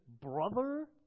brother